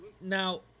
Now